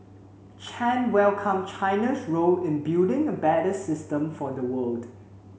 chan welcomed China's role in building a better system for the world